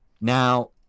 Now